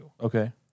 Okay